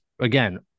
again